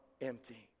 empty